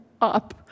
up